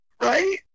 Right